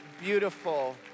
beautiful